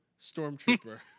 Stormtrooper